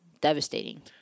devastating